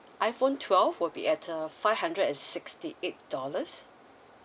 iphone twelve will be at a five hundred and sixty eight dollars